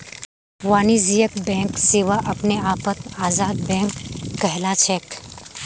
वाणिज्यिक बैंक सेवा अपने आपत आजाद बैंक कहलाछेक